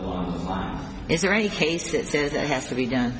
on line is there any case that says it has to be done